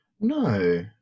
No